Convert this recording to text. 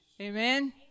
Amen